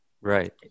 Right